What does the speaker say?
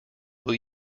will